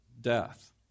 death